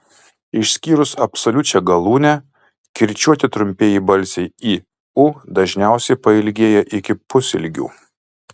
išskyrus absoliučią galūnę kirčiuoti trumpieji balsiai i u dažniausiai pailgėja iki pusilgių